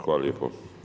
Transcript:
Hvala lijepo.